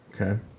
Okay